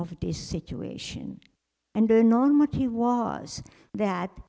of this situation and the non what he was that